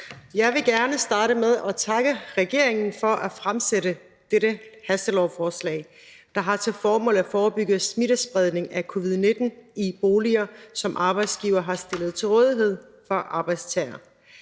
Jeg vil gerne starte med at takke regeringen for at fremsætte dette hastelovforslag, der har til formål at forebygge smittespredning af covid-19 i boliger, som arbejdsgivere har stillet til rådighed for arbejdstagere.